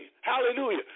Hallelujah